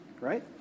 right